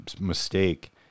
mistake